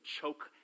choke